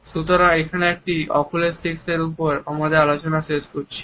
সুতরাং এখানে আমরা অকুলেসিক্স এর ওপর আমাদের আলোচনা শেষ করছি